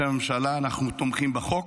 בשם הממשלה, אנחנו תומכים בחוק.